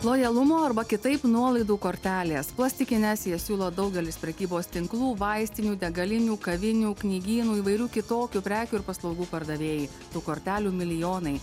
lojalumo arba kitaip nuolaidų kortelės plastikines jas siūlo daugelis prekybos tinklų vaistinių degalinių kavinių knygynų įvairių kitokių prekių ir paslaugų pardavėjai tų kortelių milijonai